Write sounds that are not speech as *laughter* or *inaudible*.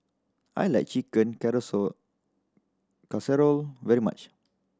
I like Chicken *unintelligible* Casserole very much